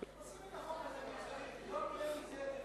לא להגזים עם הציפיות.